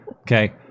okay